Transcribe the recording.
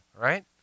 right